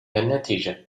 النتيجة